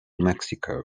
mexico